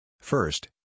First